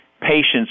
patients